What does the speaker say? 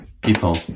people